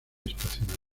estacional